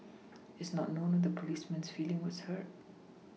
it's not known if the policeman's feeling was hurt